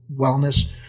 wellness